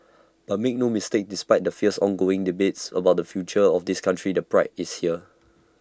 but make no mistake despite the fierce ongoing debate about the future of this country the pride is there